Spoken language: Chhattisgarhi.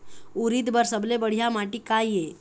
उरीद बर सबले बढ़िया माटी का ये?